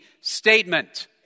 statement